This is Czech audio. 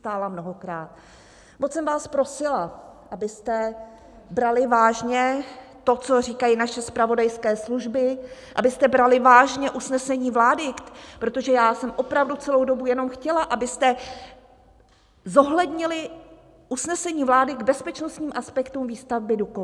Moc jsem vás prosila, abyste brali vážně to, co říkají naše zpravodajské služby, abyste brali vážně usnesení vlády, protože já jsem opravdu celou dobu jenom chtěla, abyste zohlednili usnesení vlády k bezpečnostním aspektům výstavby Dukovan.